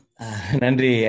Nandri